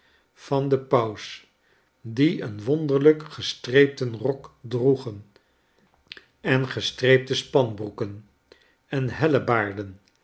van den paus die een wonderlijk gestreepten rok droegen en gestreepte spanbroeken en